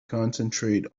concentrate